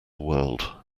world